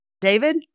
David